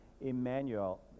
Emmanuel